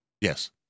Yes